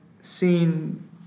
seen